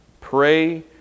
pray